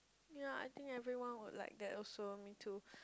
ya I think everyone would like that also me too